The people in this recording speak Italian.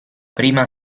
prima